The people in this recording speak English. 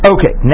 Okay